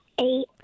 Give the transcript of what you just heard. Eight